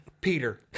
Peter